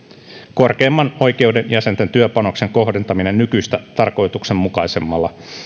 korkeimman oikeuden jäsenten työpanoksen kohdentaminen nykyistä tarkoituksenmukaisemmalla